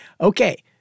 Okay